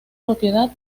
propiedad